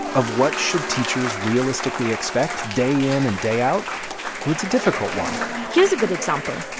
of what should teachers realistically expect day in and day out well, it's a difficult one here's a good example.